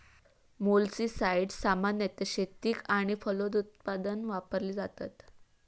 मोलस्किसाड्स सामान्यतः शेतीक आणि फलोत्पादन वापरली जातत